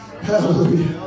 Hallelujah